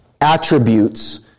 attributes